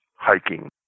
hiking